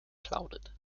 clouded